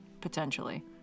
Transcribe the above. potentially